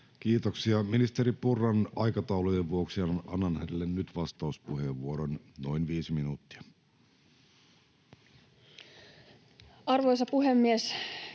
Kiitoksia. — Ministeri Purran aikataulujen vuoksi annan hänelle nyt vastauspuheenvuoron, noin viisi minuuttia. [Speech